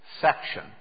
section